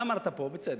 אתה אמרת פה, בצדק,